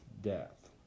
death